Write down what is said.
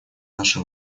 наше